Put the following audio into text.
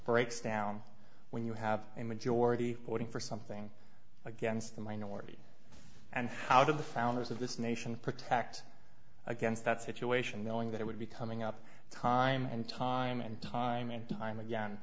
breaks down when you have a majority voting for something against a minority and how the founders of this nation protect against that situation knowing that it would be coming up time and time and time and time again